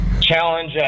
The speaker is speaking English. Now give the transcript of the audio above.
challenge